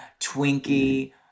twinky